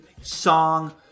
song